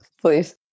Please